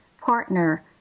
partner